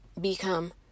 become